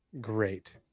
great